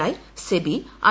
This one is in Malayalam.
ഐ സെബി ഐ